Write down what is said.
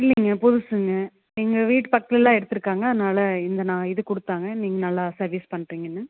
இல்லைங்க புதுசுங்க எங்கள் வீட்டு பக்கத்தில் எடுத்துருக்காங்க அதனால இந்த நான் இது கொடுத்தாங்க நீங்கள் நல்லா சர்வீஸ் பண்ணுறிங்கன்னு